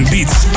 Beats